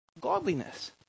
godliness